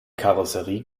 karosserie